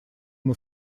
ему